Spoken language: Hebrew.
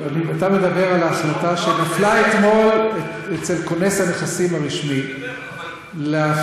אתה מדבר על ההחלטה שנפלה אתמול אצל כונס הנכסים הרשמי להודיע